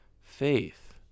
faith